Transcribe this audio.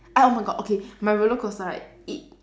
oh my god okay my roller coaster right it